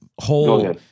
whole